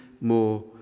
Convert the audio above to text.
more